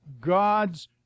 God's